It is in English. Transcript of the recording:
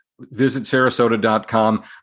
visitsarasota.com